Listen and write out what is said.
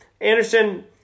Anderson